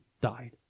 died